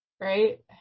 Right